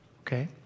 Okay